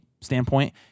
standpoint